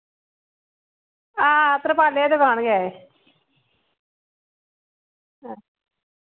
हां हां तारपाले दी दुकान गै एह्